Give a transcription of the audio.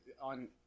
on